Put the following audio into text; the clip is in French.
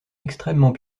extrêmement